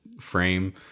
frame